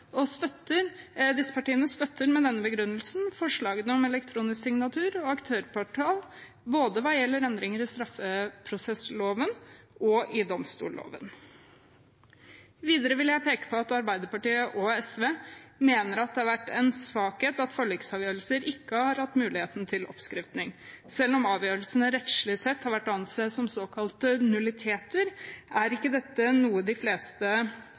Disse partiene støtter med denne begrunnelsen forslagene om elektronisk signatur og aktørportal, hva gjelder endringer både i straffeprosessloven og i domstolloven. Videre vil jeg peke på at Arbeiderpartiet og SV mener at det har vært en svakhet at forliksavgjørelser ikke har hatt muligheten til oppfriskning. Selv om avgjørelsene rettslig sett har vært å anse som såkalte nulliteter, er ikke dette noe de fleste